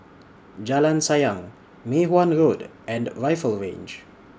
Jalan Sayang Mei Hwan Road and Rifle Range